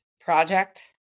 project